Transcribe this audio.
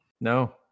no